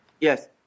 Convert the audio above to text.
Yes